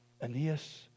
Aeneas